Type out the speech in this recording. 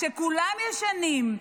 כשכולם ישנים,